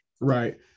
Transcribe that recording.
right